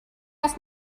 ask